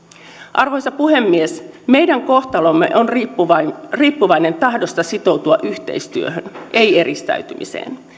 arvoisa puhemies meidän kohtalomme on riippuvainen riippuvainen tahdosta sitoutua yhteistyöhön ei eristäytymiseen